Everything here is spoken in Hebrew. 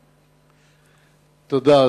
תודה.